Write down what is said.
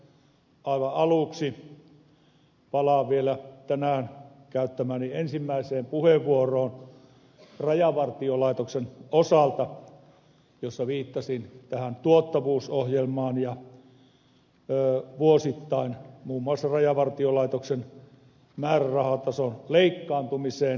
aivan aluksi palaan vielä tänään käyttämääni ensimmäiseen puheenvuoroon rajavartiolaitoksen osalta jossa viittasin tähän tuottavuusohjelmaan ja vuosittain muun muassa rajavartiolaitoksen määrärahatason leikkaantumiseen